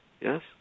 yes